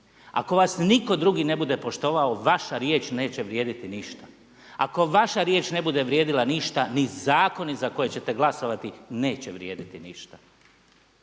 Ako vas nitko drugi ne bude poštovao vaša riječ neće vrijediti ništa. Ako vaša riječ ne bude vrijedila ništa ni zakoni za koje ćete glasovati neće vrijediti ništa.